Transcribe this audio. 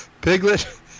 Piglet